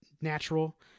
natural